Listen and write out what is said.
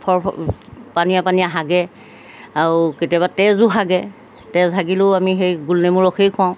পনীয়া পনীয়া হাগে আৰু কেতিয়াবা তেজো হাগে তেজ হাগিলেও আমি সেই গোলনেমু ৰসেই খুৱাওঁ